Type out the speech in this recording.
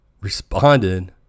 responded